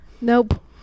Nope